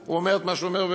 הוא אומר את מה שהוא אומר,